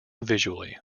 visually